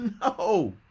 No